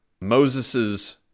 Moses's